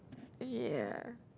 ya